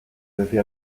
decir